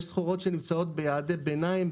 יש סחורות שנמצאות ביעדי ביניים,